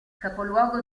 capoluogo